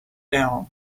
down